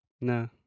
No